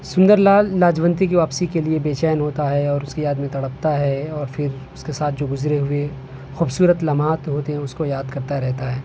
سندر لال لاجونتی کی واپسی کے لیے بےچین ہوتا ہے اور اس کی یاد میں تڑپتا ہے اور پھر اس کے ساتھ جو گزرے ہوئے خوبصورت لمحات ہوتے ہیں اس کو یاد کرتا رہتا ہے